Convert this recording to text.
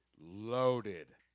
loaded